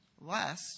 less